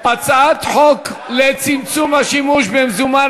הצעת חוק לצמצום השימוש במזומן,